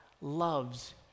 loves